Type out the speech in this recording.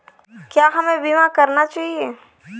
क्या हमें बीमा करना चाहिए?